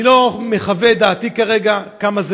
אני לא מחווה את דעתי כרגע כמה זה